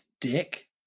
dick